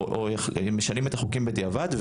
או משנים את החוקים בדיעבד,